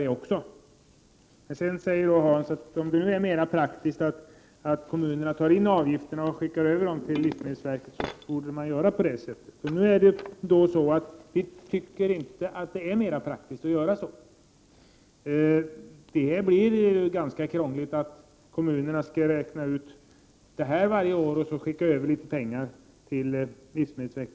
Sedan tillade Hans Gustafsson, att om det är mera praktiskt att kommunerna tar in avgifterna och sänder över dem till livsmedelsverket, borde man också kunna göra på det sättet. För vår del tycker vi inte att det är mera praktiskt att göra på det sättet. Det blir krångligt om kommunerna skall göra uträkningar varje år och sända över pengar till livsmedelsverket.